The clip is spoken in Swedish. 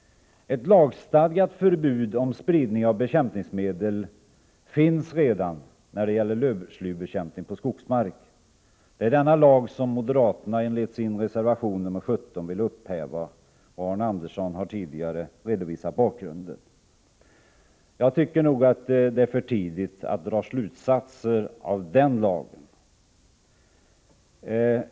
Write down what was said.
Ett lagstadgat förbud om spridning av bekämpningsmedel finns redan när det gäller lövslybekämpning på skogsmark. Denna lag vill moderaterna enligt sin reservation nr 17 upphäva. Arne Andersson i Ljung har tidigare redovisat bakgrunden. Jag tycker nog att det är för tidigt att dra några slutsatser av den lagen.